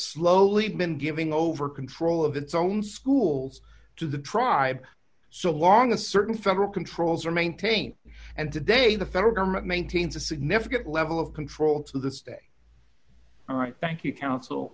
slowly been giving over control of its own schools to the tribe so long a certain federal controls are maintained and today the federal government maintains a significant level of control to this day all right thank you coun